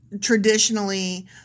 traditionally